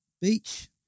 beach